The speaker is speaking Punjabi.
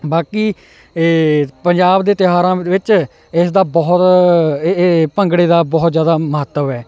ਬਾਕੀ ਇਹ ਪੰਜਾਬ ਦੇ ਤਿਉਹਾਰਾਂ ਵਿੱਚ ਇਸ ਦਾ ਬਹੁਤ ਭੰਗੜੇ ਦਾ ਬਹੁਤ ਜ਼ਿਆਦਾ ਮਹੱਤਵ ਹੈ